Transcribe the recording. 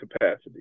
capacity